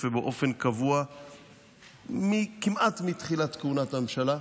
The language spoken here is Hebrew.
ובאופן קבוע כמעט מתחילת כהונת הממשלה.